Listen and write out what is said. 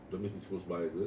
that means it's close by is it